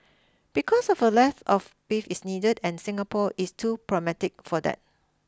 because of a leap of faith is needed and Singapore is too pragmatic for that